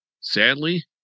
sadly